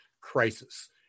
crisis